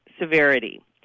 severity